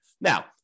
Now